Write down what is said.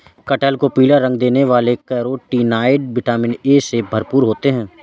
कटहल को पीला रंग देने वाले कैरोटीनॉयड, विटामिन ए से भरपूर होते हैं